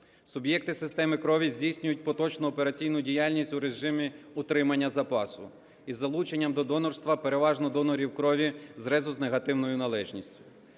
Суб'єкти системи крові здійснюють поточну операційну діяльність в режимі утримання запасу із залученням до донорства переважно донорів крові з резус-негативною належністю.